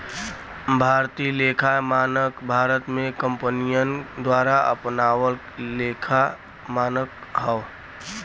भारतीय लेखा मानक भारत में कंपनियन द्वारा अपनावल लेखा मानक हौ